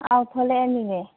ꯑꯧ ꯊꯣꯛꯂꯛꯑꯅꯤꯑꯦ